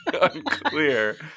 Unclear